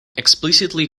explicitly